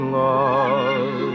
love